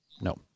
No